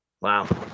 Wow